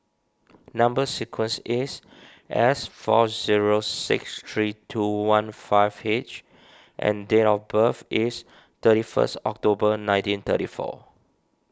Number Sequence is S four zero six three two one five H and date of birth is thirty first October nineteen thirty four